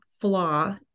flaw